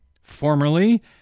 formerly